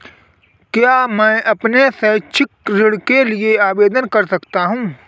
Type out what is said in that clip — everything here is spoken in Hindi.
क्या मैं अपने शैक्षिक ऋण के लिए आवेदन कर सकता हूँ?